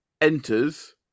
enters